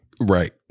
right